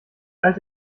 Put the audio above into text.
alte